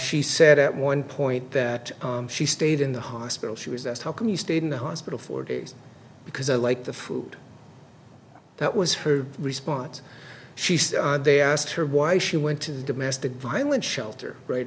she said at one point that she stayed in the hospital she was asked how come you stayed in the hospital for days because i like the food that was her response she said they asked her why she went to the domestic violence shelter right